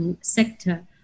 sector